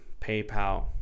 PayPal